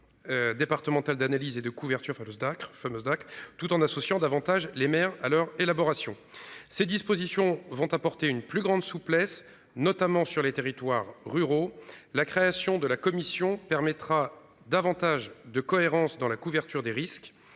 Départemental d'analyse et de couverture phallus Dacr fameuse. Tout en associant davantage les maires à leur élaboration. Ces dispositions vont apporter une plus grande souplesse notamment sur les territoires ruraux. La création de la commission permettra davantage de cohérence dans la couverture des risques.